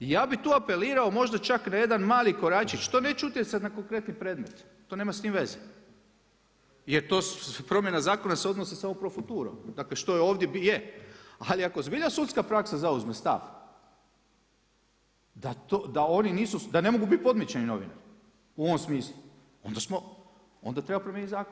I ja bih tu apelirao možda čak na jedan mali koračić, to neće utjecati na konkretni predmet, to nema s tim veze jer promjena zakona se odnosi samo pro futuro, dakle što je ovdje je, ali zbilja sudska praksa zauzme stav, da oni ne mogu biti podmićeni novinari u ovom smislu onda treba promijeniti zakon.